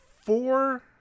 four